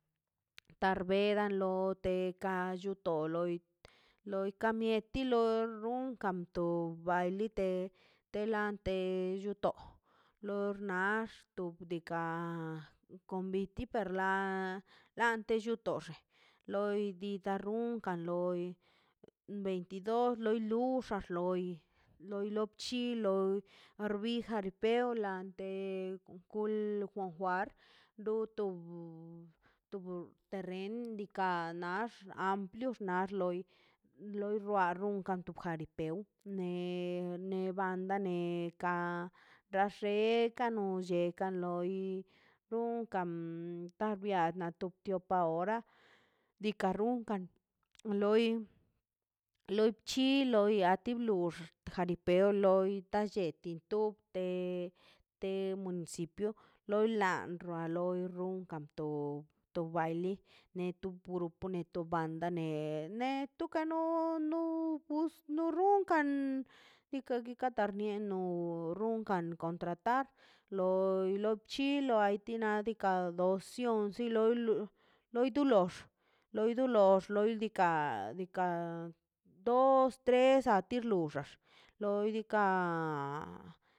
Par bera lo te ka chuto loi loi ka mieti loi lo runkan to baili te te lante lluto lor xnax to bdiikaꞌ konviti per la lante llutuxə loi di da xarunka loi veintidos low lux ka loi loi lo bchi loi orbi jaripeo lante kon jul kon jual do tob tob terren diikaꞌ ne ax ampliox loi loi ruan ron to jaripeo ne ne banda ne ka bxe ka no sheka ka nu noi dunkan ta bia na tup tio hora diikaꞌ runkan loi chiu loi ai ti blux jaripeo loi ta lleti loi lote ta municipio lli na a loi runka tob to baili neto puro to banda ne neto no no os no ronkan ika ka ta rieindo runkan kon tratar loi lob chi ai ti nadikab losion si nad loi di lox loi di lox loi diikaꞌ dos tre a ti lox xax loi diikaꞌ